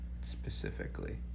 specifically